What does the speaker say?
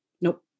Nope